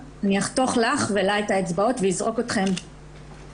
אני אחתוך לך ולה את האצבעות ואזרוק אתכן באילת,